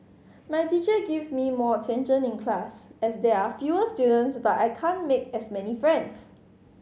my teacher gives me more attention in class as there are fewer students but I can't make as many friends